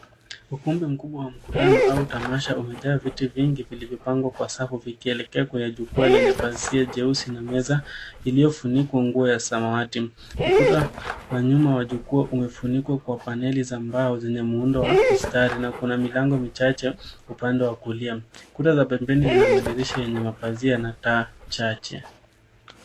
Ukumbi mkubwa wa mkutano au tamasha umejaa viti vingi vilivyopangwa kwa safu vikielekea kwenye jukwaa lenye pazia jeusi na meza iliyofunikwa nguo ya samawati. Ukuta wa nyuma wa jukwaa umefunikwa kwa paneli za mbao zenye muundo wa mstari na kuna milango michache upande wa kulia. Kuta za pembeni zina madirisha yenye mapazia na taa chache.